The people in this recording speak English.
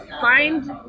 find